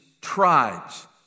tribes